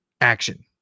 action